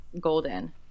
Golden